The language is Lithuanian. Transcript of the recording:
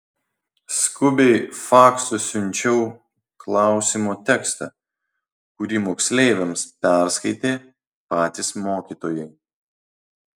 skubiai faksu siunčiau klausymo tekstą kurį moksleiviams perskaitė patys mokytojai